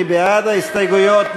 מי בעד ההסתייגויות?